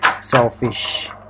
selfish